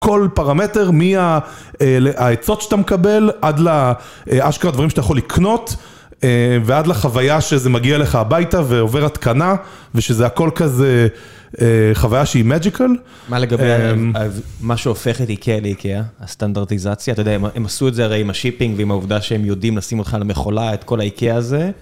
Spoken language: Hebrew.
כל פרמטר, מהעצות שאתה מקבל, עד לאשכרה דברים שאתה יכול לקנות, ועד לחוויה שזה מגיע לך הביתה ועובר התקנה, ושזה הכל כזה חוויה שהיא מג'יקל. מה לגבי מה שהופך את איקאה לאיקאה? הסטנדרטיזציה? אתה יודע, הם עשו את זה הרי עם השיפינג, ועם העובדה שהם יודעים לשים אותך על המכולה את כל האיקאה הזה.